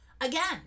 again